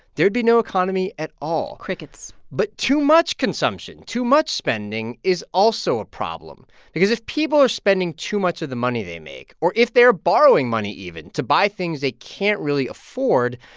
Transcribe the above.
there'd be no economy at all crickets but too much consumption, too much spending is also a problem because if people are spending too much of the money they make or if they are borrowing money money even to buy things they can't really afford,